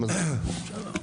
שלום,